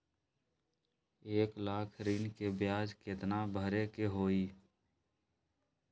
एक लाख ऋन के ब्याज केतना भरे के होई?